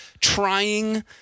trying